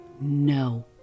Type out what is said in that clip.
No